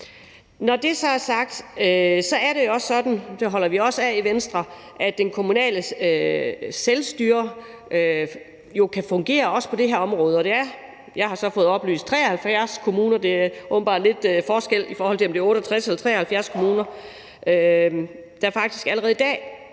Når det så er sagt, er det også sådan – det holder vi også af i Venstre – at det kommunale selvstyre jo også kan fungere på det her område. Jeg har så fået oplyst, at det er 73 kommuner – der er åbenbart lidt forskelligt, altså i forhold til om det er 68 eller 73 kommuner – der faktisk allerede i dag